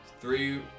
Three